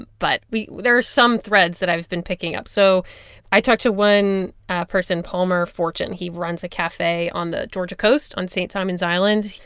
and but there are some threads that i've been picking up. so i talked to one person, palmer fortune. he runs a cafe on the georgia coast, on st. simons island.